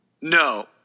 No